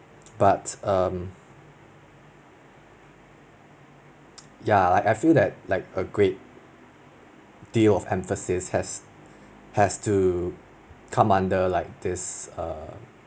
but um ya like I feel that like a great deal of emphasis has has to come under like this err